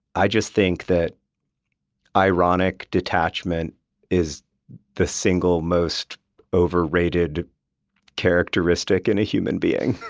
i just think that ironic detachment is the single most overrated characteristic in a human being.